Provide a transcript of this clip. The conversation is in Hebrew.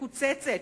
מקוצצת,